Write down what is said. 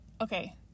Okay